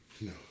No